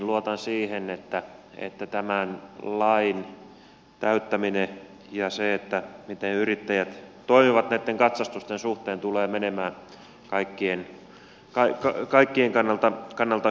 luotan siihen että tämän lain täyttäminen ja se miten yrittäjät toimivat näitten katsastusten suhteen tulee menemään kaikkien kannalta hyvin